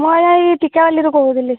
ମୁଁ ଆଜ୍ଞା ଏଇ ଟିକାବାଲିରୁ କହୁଥିଲି